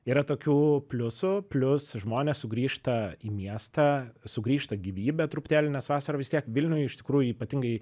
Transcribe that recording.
yra tokių pliusų plius žmonės sugrįžta į miestą sugrįžta gyvybė truputėlį nes vasarą vis tiek vilniuj iš tikrųjų ypatingai